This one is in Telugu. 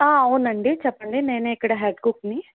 అవునండి చెప్పండి నేనే ఇక్కడ హెడ్ కుక్ని